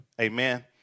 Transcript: Amen